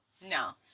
no